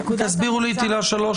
תסבירו לי את עילה (3),